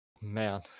man